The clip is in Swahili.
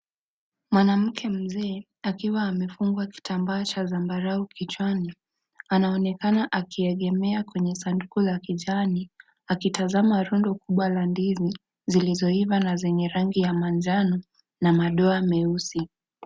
Mwanamke mzee akiwa amefungwa kitambaa cha zabarau kichwani. Anaonekana akiegemea kwenye sanduku la kijani akitazama rundo kubwa la ndizi zilizoiva zenye rangi ya manjano na madoa meusi.